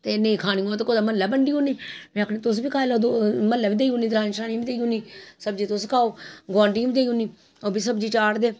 ते नेईं खानी होऐ ते कुतै म्हल्लै बंडी ओड़ने में आखनी तुस बी खाई लैओ म्हल्लै बी देई औनी दरानियें जठानियें बी देई ओड़नी सब्जी तुस खाई गोआंढी बी देई ओड़नी ओह् बी सब्जी चाढ़दे